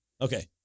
Okay